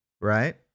Right